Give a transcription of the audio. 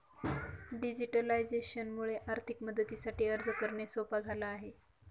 digitalisation मुळे आर्थिक मदतीसाठी अर्ज करणे सोप झाला आहे